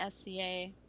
SCA